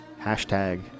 hashtag